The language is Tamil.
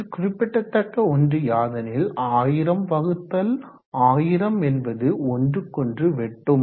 இதில் குறிப்பிடத்தக்க ஒன்று யாதெனில் 1000 வகுத்தல் 1000 என்பது ஒன்றுக்கொன்று வெட்டும்